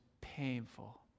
painful